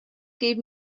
gave